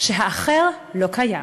שהאחר לא קיים.